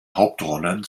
hauptrollen